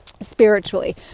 spiritually